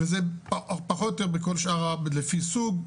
וזה פחות או יותר לפי סוג.